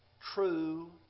true